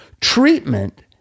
treatment